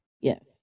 Yes